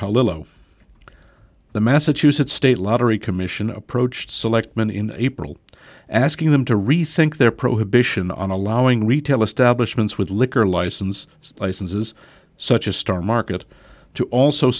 polo the massachusetts state lottery commission approached selectman in april asking them to rethink their prohibition on allowing retail establishments with liquor license licenses such as star market to also